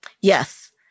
yes